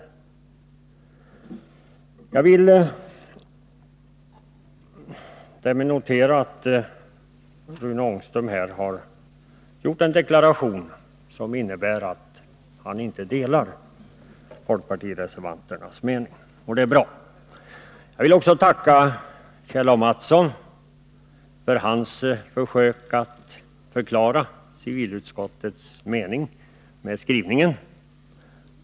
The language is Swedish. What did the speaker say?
Jag vill därmed notera att Rune Ångström har gjort en deklaration som innebär att han inte delar den mening som framförts i det folkpartistiska särskilda yttrandet, och det är bra. Jag vill också tacka Kjell A. Mattsson för hans försök att förklara vad civilutskottet menat med skrivningen.